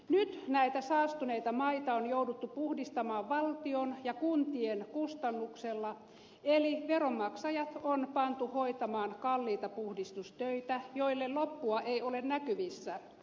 nyt näitä saastuneita maita on jouduttu puhdistamaan valtion ja kuntien kustannuksella eli veronmaksajat on pantu hoitamaan kalliita puhdistustöitä joille loppua ei ole näkyvissä